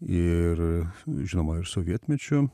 ir žinoma ir sovietmečiu